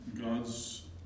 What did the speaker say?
God's